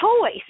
toys